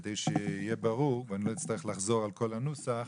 כדי שיהיה ברור ואני לא אצטרך לחזור על כל הנוסח.